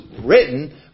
written